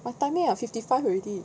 my time here fifty five already